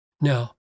Now